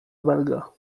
obelga